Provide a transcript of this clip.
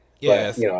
Yes